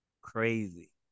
Crazy